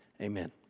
Amen